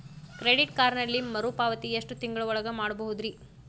Credit ಕಾರ್ಡಿನಲ್ಲಿ ಮರುಪಾವತಿ ಎಷ್ಟು ತಿಂಗಳ ಒಳಗ ಮಾಡಬಹುದ್ರಿ?